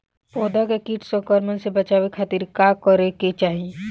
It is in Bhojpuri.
पौधा के कीट संक्रमण से बचावे खातिर का करे के चाहीं?